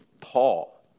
Paul